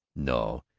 no.